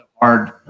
hard